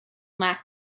laughed